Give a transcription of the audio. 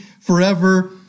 forever